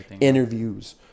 interviews